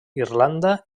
irlanda